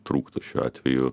trūktų šiuo atveju